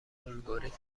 الگوریتم